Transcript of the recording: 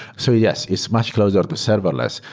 so yes, it's much closer to serverless.